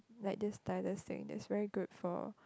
like this stylus thing that's very good for